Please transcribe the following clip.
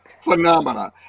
phenomena